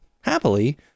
happily